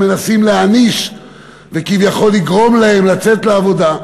מנסים להעניש וכביכול לגרום להם לצאת לעבודה?